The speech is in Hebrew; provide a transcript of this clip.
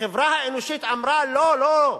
החברה האנושית אמרה: לא, לא,